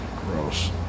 Gross